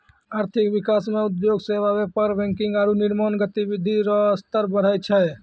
आर्थिक विकास मे उद्योग सेवा व्यापार बैंकिंग आरू निर्माण गतिविधि रो स्तर बढ़ै छै